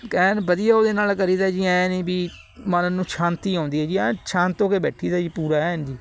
ਐਨ ਵਧੀਆ ਉਹਦੇ ਨਾਲ਼ ਕਰੀਦਾ ਜੀ ਐਂ ਨਹੀਂ ਵੀ ਮਨ ਨੂੰ ਸ਼ਾਂਤੀ ਆਉਂਦੀ ਹੈ ਜੀ ਸ਼ਾਂਤ ਐਨ ਸ਼ਾਂਤ ਹੋ ਕੇ ਬੈਠੀਦਾ ਜੀ ਪੂਰਾ ਐਨ ਜੀ